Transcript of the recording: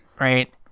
Right